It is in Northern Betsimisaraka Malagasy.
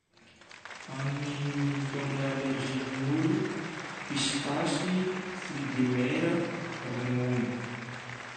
Hanigny mitondra allérgie amin'olo: pistasy, fruit de mer, ronono.